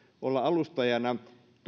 olla alustajana